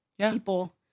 people